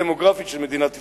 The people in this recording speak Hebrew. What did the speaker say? הדמוגרפית של מדינת ישראל.